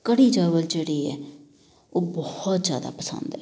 ਕੜੀ ਚਾਵਲ ਜਿਹੜੇ ਹੈ ਉਹ ਬਹੁਤ ਜ਼ਿਆਦਾ ਪਸੰਦ ਹੈ